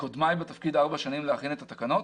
לקודמיי ארבע שנים להכין את התקנות